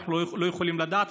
אנחנו לא יכולים לדעת,